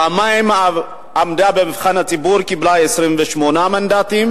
פעמיים עמדה במבחן הציבור, וקיבלה 28 מנדטים,